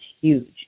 huge